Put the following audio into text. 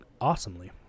awesomely